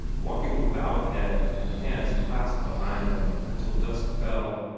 walking with bowed head and hands clasped behind him, until dusk fell.